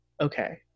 okay